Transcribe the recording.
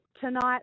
tonight